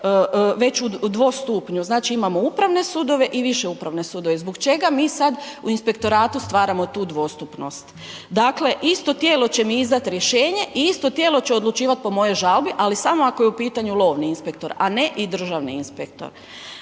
već u dvostupnju, znači imamo upravne sudove i više upravne sudove, zbog čega mi sad u inspektoratu stvaramo tu dvostupnost? Dakle, isto tijelo će mi izdati rješenje i isto tijelo će odlučivati po mojoj žalbi ali samo ako je u pitanju lovni inspektor a ne i državni inspektor.